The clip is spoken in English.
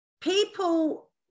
people